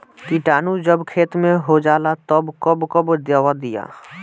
किटानु जब खेत मे होजाला तब कब कब दावा दिया?